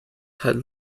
had